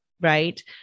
right